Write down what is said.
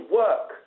work